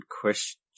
question